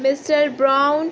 mister brown